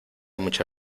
mucha